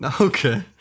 Okay